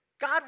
God